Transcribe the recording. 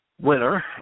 winner